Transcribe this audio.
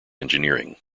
engineering